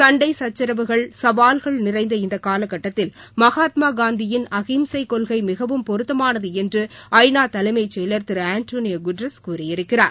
சண்டை சச்ரவுகள் சவால்கள் நிறைந்த இந்த காலக்கட்டத்தில் மகாத்மா காந்தியின் அஹிம்சை கொள்கை மிகவும் பொருத்தமானது என்று ஐ நா தலைமைச் செயலர் திரு ஆண்டோனியோ குட்ரஸ் கூறியிருக்கிறார்